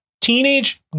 teenage